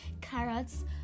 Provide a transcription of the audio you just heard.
carrots